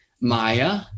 Maya